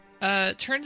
Turns